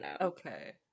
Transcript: Okay